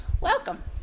Welcome